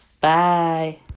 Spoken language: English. Bye